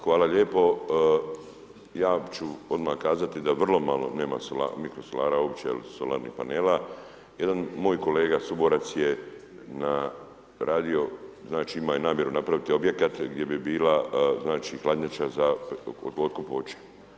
Hvala lijepo, ja ću odmah kazati da vrlo malo, nema mikrosolara uopće il solarnih panela, jedan moj kolega suborac je na radio, znači imao je namjeru napravit objekat gdje bi bila znači hladnjača za otkup voća.